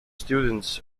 students